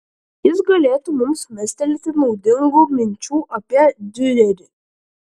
jis galėtų mums mestelėti naudingų minčių apie diurerį